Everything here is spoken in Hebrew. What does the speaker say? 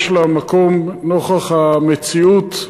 יש לה מקום נוכח המציאות הלא-פשוטה,